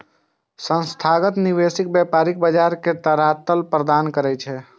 संस्थागत निवेशक व्यापारिक बाजार कें तरलता प्रदान करै छै